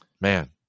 man